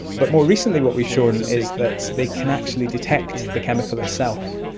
but more recently what we've shown is that they can actually detect the chemical itself,